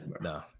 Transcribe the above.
No